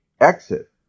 exit